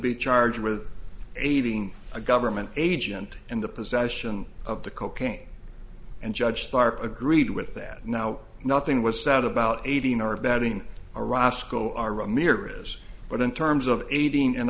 be charged with aiding a government agent in the possession of the cocaine and judge parker agreed with that now nothing was said about eighteen or abetting or roscoe are ramirez but in terms of aiding and